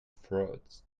frauds